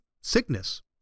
sickness